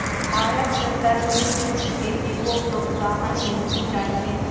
भारत में तरमिंद की खेती को प्रोत्साहन मिलनी चाहिए